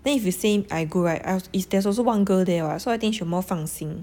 then if you say I go right I is there's also one girl there lah so I think she also more 放心